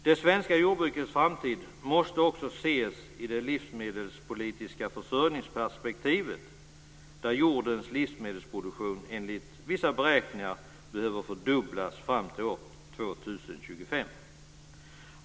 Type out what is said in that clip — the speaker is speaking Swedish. Det svenska jordbrukets framtid måste också ses i det livsmedelspolitiska försörjningsperspektivet, där jordens livsmedelsproduktion enligt vissa beräkningar behöver fördubblas fram till år 2025.